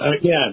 Again